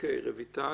רויטל.